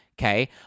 okay